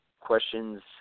questions